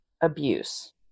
abuse